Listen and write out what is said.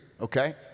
okay